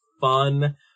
fun